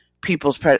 people's